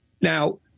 Now